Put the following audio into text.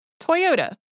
Toyota